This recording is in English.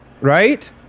Right